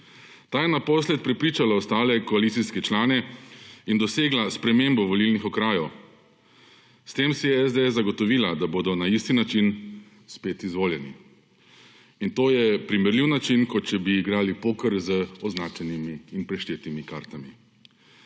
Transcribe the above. Ta je naposled prepričala ostale koalicijske člane in dosegla spremembo volilnih okrajev. S tem si je SDS zagotovila, da bodo na isti način spet izvoljeni. In to je primerljiv način, kot če bi igrali poker z označenimi in preštetimi kartami.